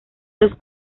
los